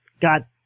got